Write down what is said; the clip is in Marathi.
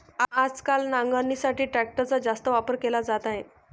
आजकाल नांगरणीसाठी ट्रॅक्टरचा जास्त वापर केला जात आहे